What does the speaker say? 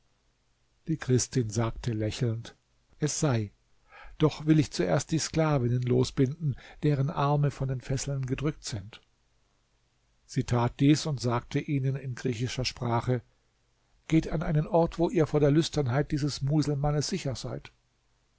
die christin sagte lächelnd es sei doch will ich zuerst die sklavinnen losbinden deren arme von den fesseln gedrückt sind sie tat dies und sagte ihnen in griechischer sprache geht an einen ort wo ihr vor der lüsternheit dieses muselmannes sicher seid